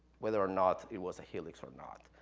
whether or not it was a helix or not,